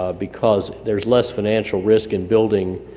ah because there's less financial risk in building